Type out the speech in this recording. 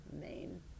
main